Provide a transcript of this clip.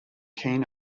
keen